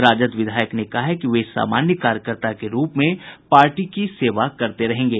राजद विधायक ने कहा है कि वह सामान्य कार्यकर्ता के रूप में पार्टी की सेवा करते रहेंगे